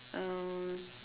um